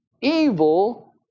evil